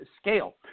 scale